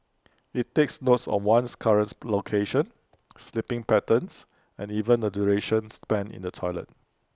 IT takes noce of one's current location sleeping patterns and even the duration spent in the toilet